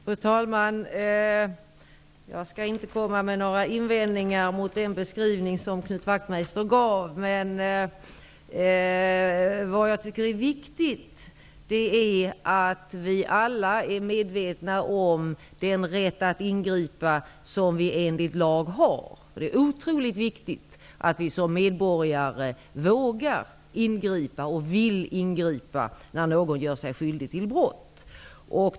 Fru talman! Jag skall inte göra några invändningar mot den beskrivning som Knut Wachtmeister gav. Men vad som är viktigt är att vi alla är medvetna om den rätt att ingripa som vi enligt lag har. Det är otroligt viktigt att vi som medborgare vågar och vill ingripa när någon gör sig skyldig till brott.